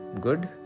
good